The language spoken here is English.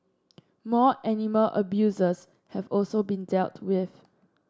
more animal abusers have also been dealt with